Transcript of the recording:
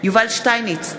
יובל שטייניץ,